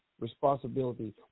responsibility